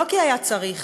לא כי היה צריך